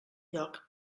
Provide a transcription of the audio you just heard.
lloc